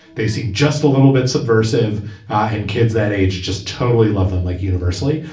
they seem just a little bit subversive in kids that age, just totally love them like universally.